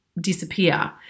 disappear